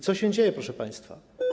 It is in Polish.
Co się dzieje, proszę państwa?